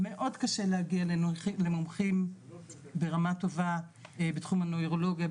מאוד קשה להגיע למומחים ברמה טובה בתחום הנוירולוגיה.